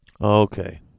Okay